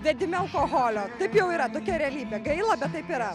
vedimi alkoholio taip jau yra tokia realybė gaila bet taip yra